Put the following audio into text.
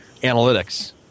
analytics